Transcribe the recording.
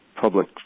public